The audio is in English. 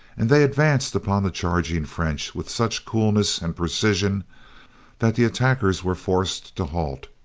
and they advanced upon the charging french with such coolness and precision that the attackers were forced to halt.